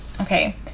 Okay